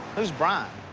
who's brian?